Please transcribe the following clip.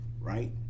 right